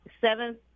seventh